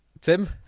Tim